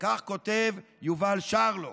כך כותב יובל שרלו.